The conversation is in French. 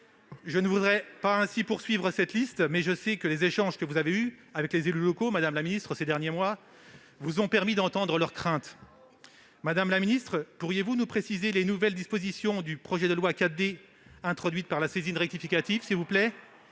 Je pourrais poursuivre cette liste, mais je sais que les échanges que vous avez eus avec les élus locaux, durant ces derniers mois, vous ont permis d'entendre leurs craintes. Madame la ministre, pourriez-vous nous préciser les nouvelles dispositions du projet de loi 4D, introduites par la saisine rectificative ? Comment